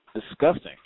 Disgusting